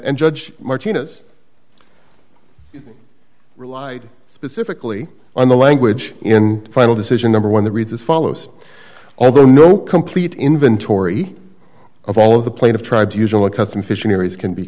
judge martinez relied specifically on the language in final decision number one the reads as follows although no complete inventory of all of the plaintiff tribes usual custom fishing areas can be